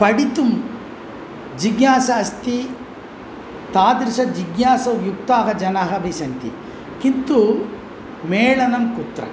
पठितुं जिज्ञासा अस्ति तादृशजिज्ञासायुक्ताः जनाः अपि सन्ति किन्तु मेलनं कुत्र